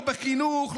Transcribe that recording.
לא בחינוך,